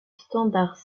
standard